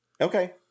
Okay